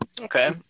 Okay